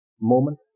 Moment